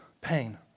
pain